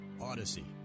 odyssey